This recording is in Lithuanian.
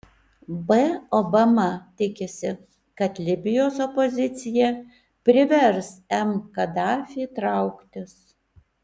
b obama tikisi kad libijos opozicija privers m kadafį trauktis